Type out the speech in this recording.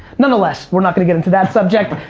nonetheless, we're not gonna get into that subject.